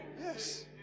Yes